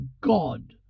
God